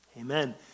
Amen